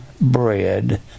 bread